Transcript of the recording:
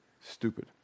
stupid